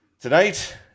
Tonight